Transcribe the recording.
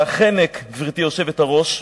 החנק, כשהחנק, גברתי היושבת-ראש,